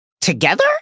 together